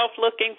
looking